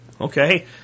Okay